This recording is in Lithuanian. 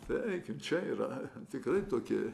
eikim čia yra tikrai tokie